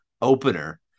opener